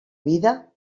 vida